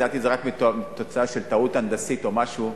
לדעתי זה רק תוצאה של טעות הנדסית או משהו.